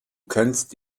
kennst